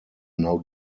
now